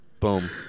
Boom